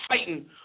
fighting